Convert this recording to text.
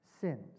sins